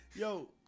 yo